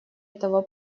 этого